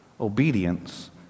Obedience